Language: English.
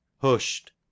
Hushed